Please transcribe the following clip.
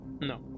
No